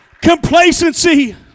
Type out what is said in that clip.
Complacency